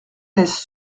laisse